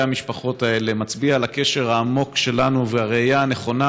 המשפחות האלה מצביעה על הקשר העמוק שלנו ועל הראייה הנכונה,